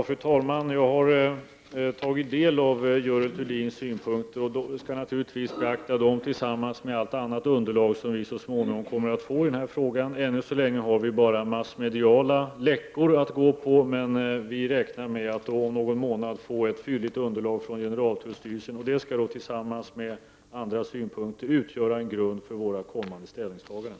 Fru talman! Jag har tagit del av Görel Thurdins synpunkter och skall naturligtvis beakta dem tillsammans med allt annat underlag som vi så småningom kommer att få i denna fråga. Ännu så länge har vi bara massmediala läckor att gå på. Men vi räknar med att om någon månad få ett fylligt underlag från generaltullstyrelsen. Det skall tillsammans med anförda synpunkter utgöra grunden för våra kommande ställningstaganden.